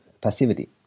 passivity